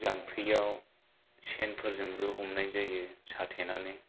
जाम्फैआव सेनफोरजोंबो हमनाय जायो साथेनानै